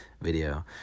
video